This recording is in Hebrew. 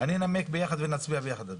אני אנמק ביחד ונצביע ביחד.